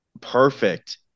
perfect